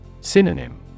Synonym